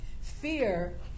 Fear